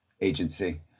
agency